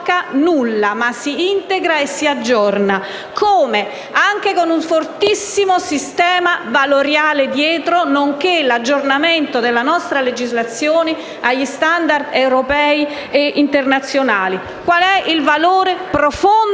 nulla, ma si integra e si aggiorna. Come? Anche con un fortissimo sistema valoriale, nonché con l'aggiornamento e l'adeguamento della nostra legislazione agli *standard* europei e internazionali. Qual è il valore profondo